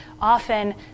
often